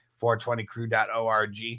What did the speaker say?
420crew.org